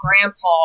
grandpa